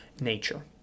nature